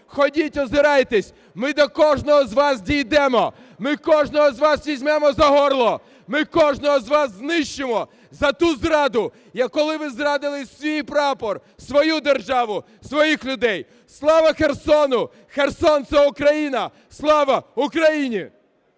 ходіть озирайтесь, ми до кожного з вас дійдемо, ми кожного з вас візьмемо за горло, ми кожного з вас знищимо за ту зраду, коли ви зрадили свій прапор, свою державу, своїх людей! Слава Херсону! Херсон – це Україна! Слава Україні!